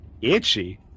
Itchy